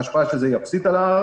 שההשפעה של זה היא אפסית על ה-R,